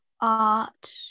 art